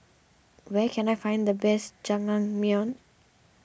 where can I find the best Jajangmyeon